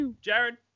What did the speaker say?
Jared